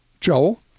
joel